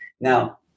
now